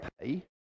pay